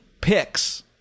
picks